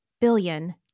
billion